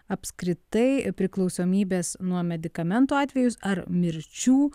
apskritai priklausomybes nuo medikamentų atvejus ar mirčių